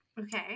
Okay